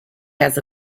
has